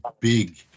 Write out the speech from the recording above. big